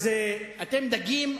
אז אתם דגים,